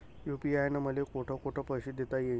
UPI न मले कोठ कोठ पैसे देता येईन?